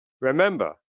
Remember